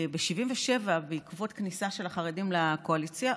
וב-1977, בעקבות הכניסה של החרדים לקואליציה,